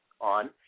on